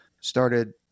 started